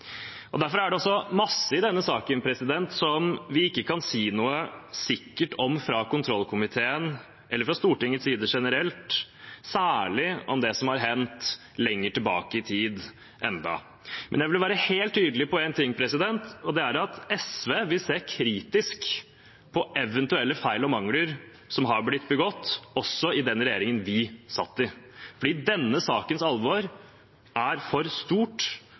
Derfor er det masse i denne saken som vi ennå ikke kan si noe sikkert om fra kontrollkomiteen eller fra Stortingets side generelt, særlig om det som har hendt lenger tilbake i tid. Men jeg vil være helt tydelig på én ting, og det er at vi i SV ser kritisk på eventuelle feil og mangler som har blitt begått, også i den regjeringen vi satt i. Denne sakens alvor er for stort